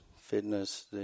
fitness